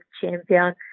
champion